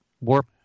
warp